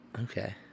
Okay